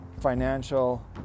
financial